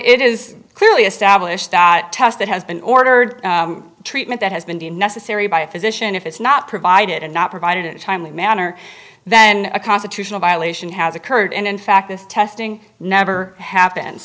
it is clearly established a test that has been ordered treatment that has been deemed necessary by a physician if it's not provided and not provided in a timely manner then a constitutional violation has occurred and in fact this testing never happens